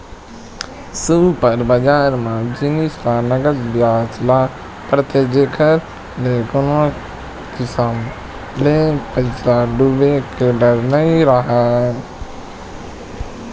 super बजार म जिनिस ल नगद बिसाए ल परथे जेखर ले कोनो किसम ले पइसा डूबे के डर नइ राहय